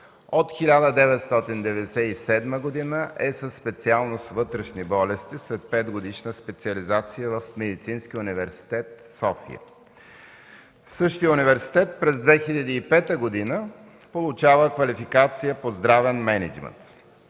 От 1997 г. е със специалност „Вътрешни болести” след 5 годишна специализация в Медицинския университет в София. В същия университет през 2005 г. получава квалификация по здравен мениджмънт.